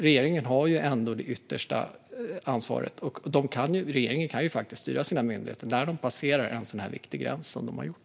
Regeringen har ändå det yttersta ansvaret och kan faktiskt styra sina myndigheter när de passerar en sådan här viktig gräns på det sätt som de har gjort.